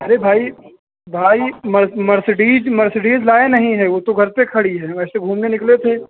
अरे भाई भाई मर्सडीज मर्सडीज़ लाए नहीं हैं वह तो घर पर खड़ी है वैसे घूमने निकले थे